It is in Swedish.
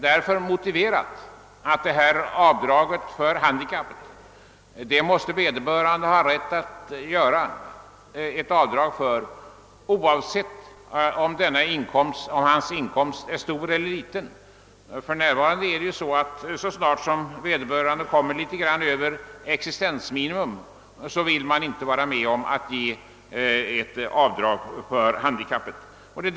Därför är det motiverat att vederbörande får rätt att göra avdrag för sitt handikapp, oavsett om hans inkomst är stor eller liten. Om han i dag kommer litet högre än existensminimum, vill man inte bevilja något avdrag för hans handikapp.